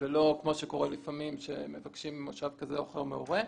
ולא כמו שקורה לפעמים שמבקשים מושב כזה או אחר מהורה.